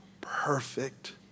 perfect